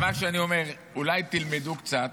מה שאני אומר, אולי תלמדו קצת